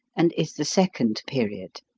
and is the second period.